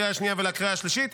לקריאה השנייה ולקריאה השלישית,